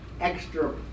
extra